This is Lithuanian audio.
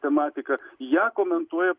tematika ją komentuoja